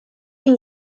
een